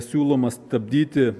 siūloma stabdyti